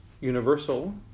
universal